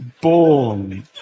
born